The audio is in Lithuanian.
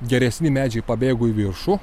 geresni medžiai pabėgo į viršų